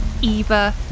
Eva